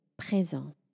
présent